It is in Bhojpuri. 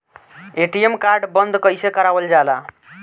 ए.टी.एम कार्ड बन्द कईसे करावल जाला?